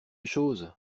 chose